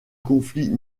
conflit